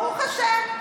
ברוך השם,